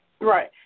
Right